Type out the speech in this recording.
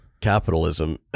capitalism